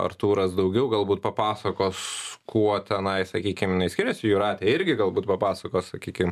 artūras daugiau galbūt papasakos kuo tenai sakykim skiriasi jūratė irgi galbūt papasakos sakykim